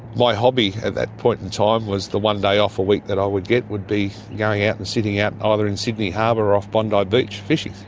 my hobby at that point in time was the one day off a week that i would get would be going out and sitting out ah either in sydney harbour or off bondi beach fishing.